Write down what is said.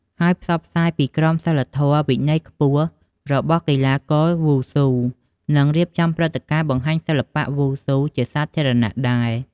ហើយផ្សព្វផ្សាយពីក្រមសីលធម៌ វិន័យខ្ពស់របស់កីឡាករវ៉ូស៊ូនឹងរៀបចំព្រឹត្តិការណ៍បង្ហាញសិល្បៈវ៉ូស៊ូជាសាធារណៈដែរ។